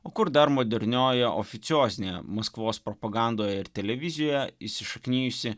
o kur dar modernioji oficiozinė maskvos propagandoje ir televizijoje įsišaknijusi